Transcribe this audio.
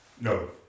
No